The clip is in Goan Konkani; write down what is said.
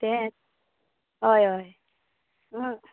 तेंच हय हय हं